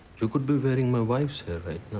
you could be wearing my wife's hair right